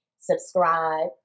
subscribe